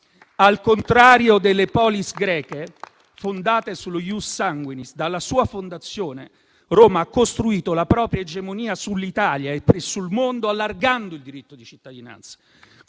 Al contrario delle *polis* greche, fondate sullo *ius sanguinis*, dalla sua fondazione Roma ha costruito la propria egemonia sull'Italia e sul mondo allargando il diritto di cittadinanza.